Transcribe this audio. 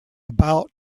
about